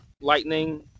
lightning